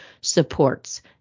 supports